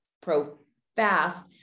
pro-fast